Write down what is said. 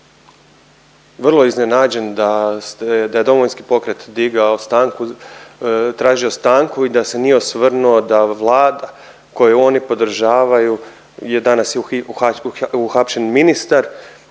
vrlo iznenađen da ste, da je Domovinski pokret digao stanku, tražio stanku i da se nije osvrnuo da Vlada koju oni podržavaju je danas uhapšen ministar